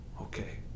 okay